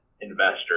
investor